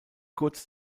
kurz